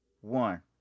one